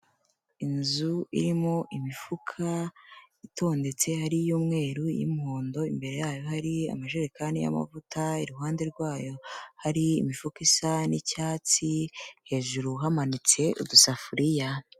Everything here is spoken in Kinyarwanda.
Inzu irimo imifuka itondetse hari iy'umweru, iy'umuhondo, imbere yayo hari amajerekani y'amavuta, iruhande rwayo hari imifuka isa n'icyatsi, hejuru hamanitse udusafuriya.